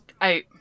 out